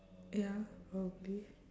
ya probably